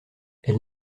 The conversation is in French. elle